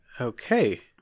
Okay